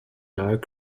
dark